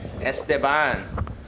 Esteban